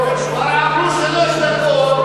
עברו שלוש דקות.